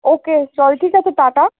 ওকে চল ঠিক আছে টা টা